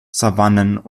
savannen